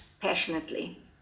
passionately